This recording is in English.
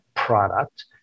product